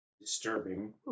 Disturbing